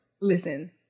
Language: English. Listen